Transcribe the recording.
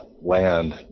land